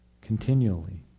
continually